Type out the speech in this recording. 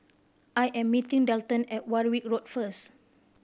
I am meeting Delton at Warwick Road first